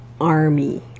army